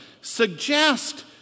suggest